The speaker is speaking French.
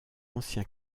ancien